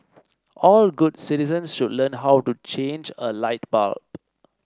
all good citizens should learn how to change a light bulb